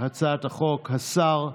לפיכך הצעת החוק עברה